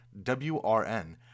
WRN